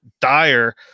dire